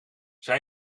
zij